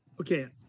okay